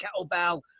kettlebell